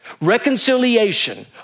reconciliation